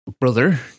brother